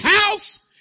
house